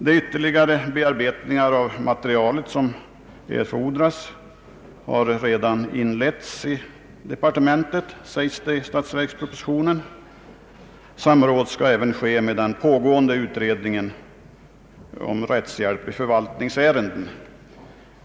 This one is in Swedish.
De ytterligare bearbetningar av materialet som erfordras har redan inletts i departementet, och samråd skall även ske med den pågående utredningen om rättshjälp i förvaltningsärenden.